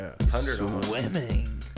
Swimming